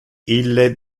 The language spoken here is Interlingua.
ille